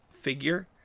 figure